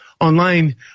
online